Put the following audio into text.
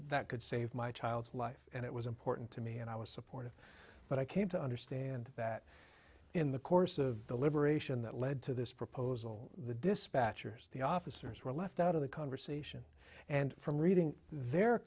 that could save my child's life and it was important to me and i was supportive but i came to understand that in the course of deliberation that led to this proposal the dispatchers the officers were left out of the conversation and from reading their